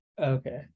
okay